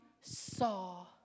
saw